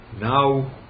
Now